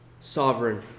sovereign